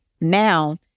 Now